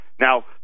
Now